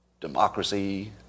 democracy